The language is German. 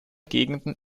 gegenden